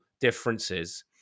differences